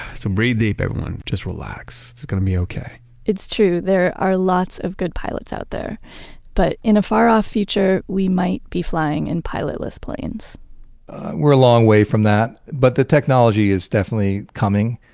so breathe deep everyone, just relax. it's gonna be okay it's true there are lots of good pilots out there but in a far-off future we might be flying in pilotless planes we're a long way from that but the technology is definitely coming,